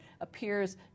appears